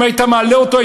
אם היית מעלה אותו,